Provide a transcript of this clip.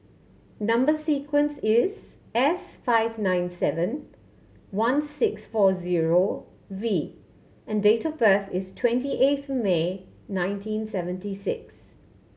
number sequence is S five nine seven one six four zero V and date of birth is twenty eighth May nineteen seventy six